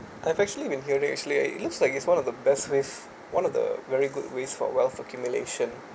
I've actually been hearing actually it looks like it's one of the best ways one of the very good ways for wealth accumulation